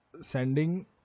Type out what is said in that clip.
sending